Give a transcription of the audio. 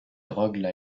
rogue